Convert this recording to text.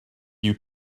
you